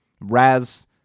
Raz